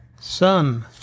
sun